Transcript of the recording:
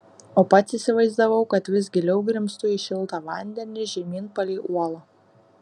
o pats įsivaizdavau kad vis giliau grimztu į šiltą vandenį žemyn palei uolą